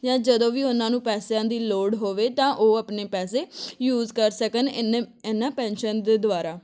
ਜਾਂ ਜਦੋਂ ਵੀ ਉਹਨਾਂ ਨੂੰ ਪੈਸਿਆਂ ਦੀ ਲੋੜ ਹੋਵੇ ਤਾਂ ਉਹ ਆਪਣੇ ਪੈਸੇ ਯੂਜ ਕਰ ਸਕਣ ਇੰਨੇ ਇਹਨਾਂ ਪੈਨਸ਼ਨ ਦੇ ਦੁਆਰਾ